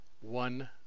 one